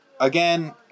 again